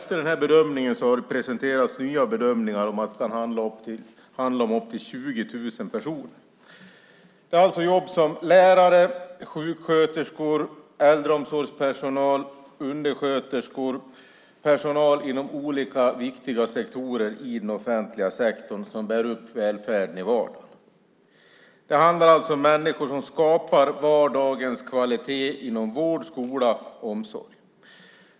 Efter den här bedömningen har det presenterats nya bedömningar om att det handlar om upp till 20 000 personer. Det handlar alltså om jobb som lärare, sjuksköterskor, äldreomsorgspersonal, undersköterskor och annan personal inom olika, viktiga sektorer i den offentliga sektorn som bär upp välfärden i vardagen. Det handlar alltså om människor som skapar vardagens kvalitet inom vård, skola och omsorg.